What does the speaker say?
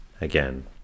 again